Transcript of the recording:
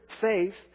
faith